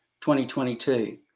2022